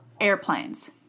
airplanes